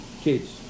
kids